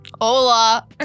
Hola